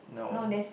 no